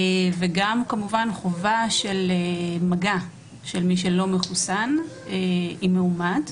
וגם כמובן חובה של מגע של מי שלא מחוסן עם מאומת,